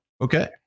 Okay